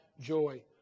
joy